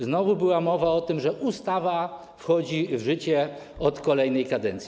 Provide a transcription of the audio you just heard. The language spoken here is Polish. Znowu była mowa o tym, że ustawa wchodzi w życie od kolejnej kadencji.